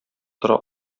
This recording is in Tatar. тора